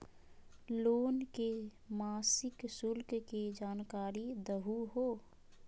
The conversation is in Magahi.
लोन के मासिक शुल्क के जानकारी दहु हो?